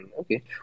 okay